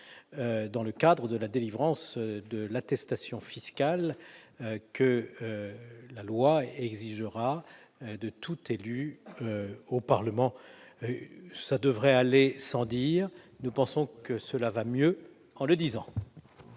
dans le cadre de la délivrance de l'attestation fiscale que la loi exigera de tout élu au Parlement. Cela devrait aller sans dire. Nous pensons que cela va mieux en le disant